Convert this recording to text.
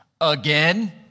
Again